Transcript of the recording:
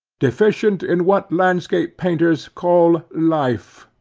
deficient in what landscape painters call life.